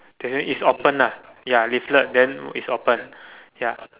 that means it's open ah ya leaflet then it's open ya